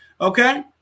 okay